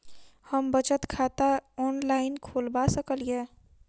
हम बचत खाता ऑनलाइन खोलबा सकलिये?